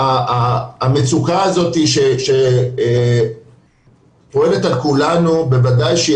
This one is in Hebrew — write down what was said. המצוקה הזאת שקיימת על כולנו בוודאי שהיא